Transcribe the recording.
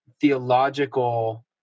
theological